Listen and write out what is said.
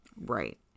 Right